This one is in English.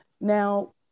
Now